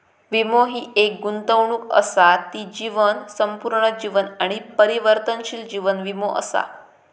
वीमो हि एक गुंतवणूक असा ती जीवन, संपूर्ण जीवन आणि परिवर्तनशील जीवन वीमो असा